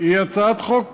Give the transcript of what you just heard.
היא הצעת חוק פרטנית.